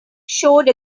showed